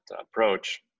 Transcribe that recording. approach